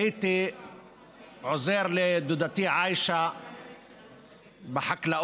שהייתי עוזר לדודתי עיישה בחקלאות.